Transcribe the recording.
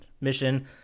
mission